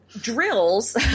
Drills